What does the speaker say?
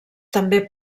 també